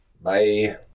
Bye